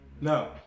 No